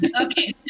okay